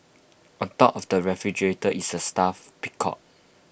on top of the refrigerator is A stuffed peacock